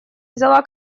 взяла